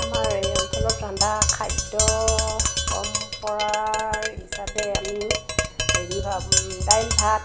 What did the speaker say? আমাৰ এই অঞ্চলত ৰন্ধা খাদ্য পৰম্পৰা হিচাপে আমি হেৰি দাইল ভাত